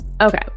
Okay